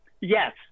Yes